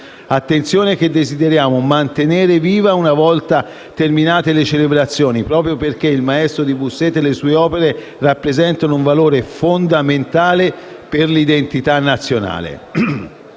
attenzione che desideriamo mantenere viva una volta terminate le celebrazioni, proprio perché il Maestro di Busseto e le sue opere rappresentano un valore fondamentale per l'identità nazionale.